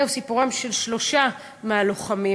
זהו סיפורם של שלושה מהלוחמים,